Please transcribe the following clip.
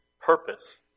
purpose